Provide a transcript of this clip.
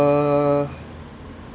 err